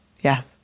yes